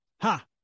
Ha